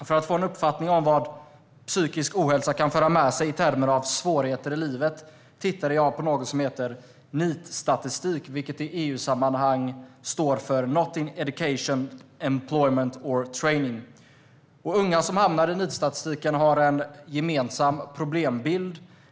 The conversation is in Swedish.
För att få en uppfattning om vad psykisk ohälsa kan föra med sig i form av svårigheter i livet tittade jag på statistik om något som kallas NEET, vilket i EU-sammanhang står för "not in education, employment or training". Unga som hamnar i NEET-statistiken har en gemensam problembild.